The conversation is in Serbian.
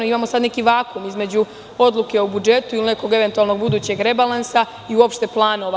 Imamo sad neki vakum između odluke o budžetu ili nekog eventualnog budućeg rebalansa i uopšte planova.